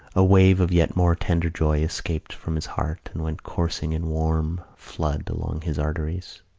a wave of yet more tender joy escaped from his heart and went coursing in warm flood along his arteries.